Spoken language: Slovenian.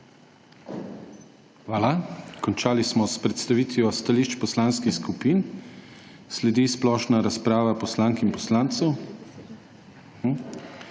Hvala. Končali smo s predstavitvijo stališč poslanskih skupin. Sledi splošna razprava poslank in poslancev